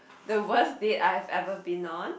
the worst date I have ever been on